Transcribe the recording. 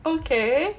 okay